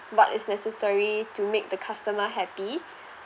but it's necessary to make the customer happy